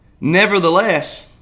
nevertheless